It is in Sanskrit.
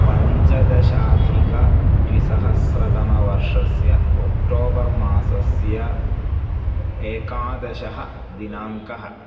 पञ्चदशाधिकद्विसहस्रतमवर्षस्य अक्टोबर् मासस्य एकादशः दिनाङ्कः